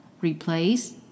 replace